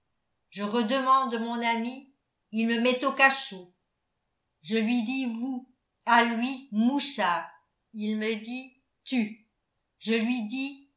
je redemande mon ami il me met au cachot je lui dis vous à lui mouchard il me dit tu je lui dis